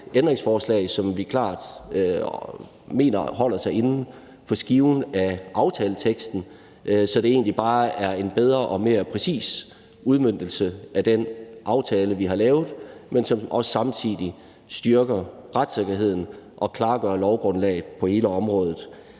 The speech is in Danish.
ændringsforslag, som vi klart mener holder sig inden for skiven af aftaleteksten, så det egentlig bare er en bedre og mere præcis udmøntning af den aftale, vi har lavet, men som samtidig også styrker retssikkerheden og klargør lovgrundlaget på hele området.